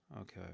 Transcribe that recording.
Okay